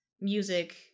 music